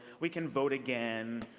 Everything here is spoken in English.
we can vote again.